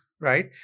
right